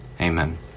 amen